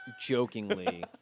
jokingly